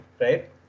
right